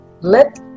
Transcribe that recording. Let